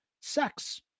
Sex